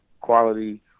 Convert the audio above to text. quality